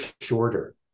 shorter